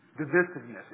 divisiveness